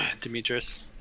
Demetrius